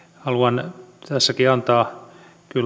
haluan tässäkin antaa kyllä hyvin